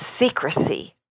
secrecy